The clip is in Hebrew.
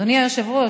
אדוני היושב-ראש,